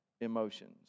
emotions